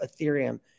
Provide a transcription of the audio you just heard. Ethereum